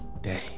day